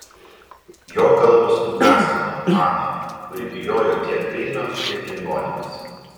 jo kalbos nugąsdino haną kuri bijojo tiek peilio tiek ligoninės